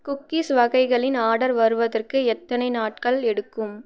cookies வகைகளின் order வருவதற்கு எத்தனை நாட்கள் எடுக்கும்